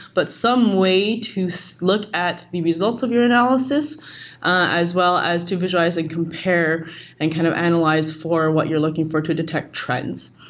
but some way to so look at the results of your analysis as well as to visualize and compare and kind of analyze for what you're looking for to detect trends.